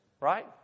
right